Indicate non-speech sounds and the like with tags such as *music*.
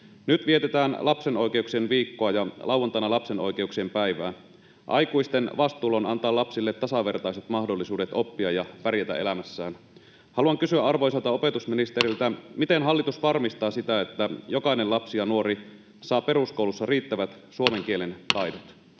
Nyt vietetään Lapsen oikeuksien viikkoa ja lauantaina lapsen oikeuksien päivää. Aikuisten vastuulla on antaa lapsille tasavertaiset mahdollisuudet oppia ja pärjätä elämässään. Haluan kysyä arvoisalta opetusministeriltä: *noise* miten hallitus varmistaa sen, että jokainen lapsi ja nuori saa peruskoulussa riittävät suomen kielen taidot?